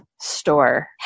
store